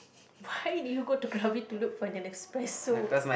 why do you go to krabi to go look for an espresso